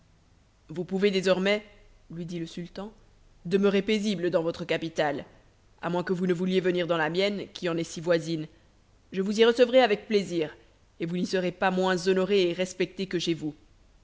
vous pouvez désormais lui dit le sultan demeurer paisible dans votre capitale à moins que vous ne vouliez venir dans la mienne qui en est si voisine je vous y recevrai avec plaisir et vous n'y serez pas moins honoré et respecté que chez vous